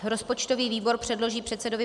Rozpočtový výbor předloží předsedovi